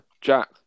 Jack